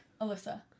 Alyssa